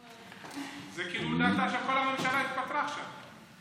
זה כאילו הודעת שכל הממשלה התפטרה עכשיו.